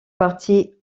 partie